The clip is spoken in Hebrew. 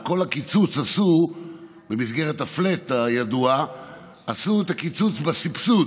את כל הקיצוץ במסגרת הפלאט, עשו את הקיצוץ בסבסוד.